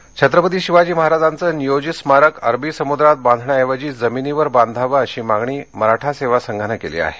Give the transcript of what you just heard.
स्मारक छत्रपती शिवाजी महाराजांचं नियोजित स्मारक अरबी समुद्रात बांधण्याऐवजी जमिनीवर बांधावं अशी मागणी मराठा सेवा संघानं केली आहे